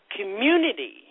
community